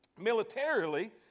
militarily